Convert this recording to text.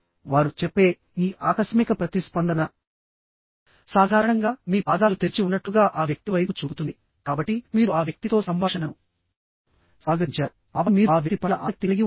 వారు చెప్పే ఈ ఆకస్మిక ప్రతిస్పందన సాధారణంగా మీ పాదాలు తెరిచి ఉన్నట్లుగా ఆ వ్యక్తి వైపు చూపుతుంది కాబట్టి మీరు ఆ వ్యక్తితో సంభాషణను స్వాగతించారు ఆపై మీరు ఆ వ్యక్తి పట్ల ఆసక్తి కలిగి ఉంటారు